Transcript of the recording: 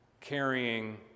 carrying